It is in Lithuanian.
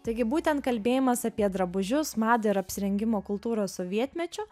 taigi būtent kalbėjimas apie drabužius madą ir apsirengimo kultūrą sovietmečiu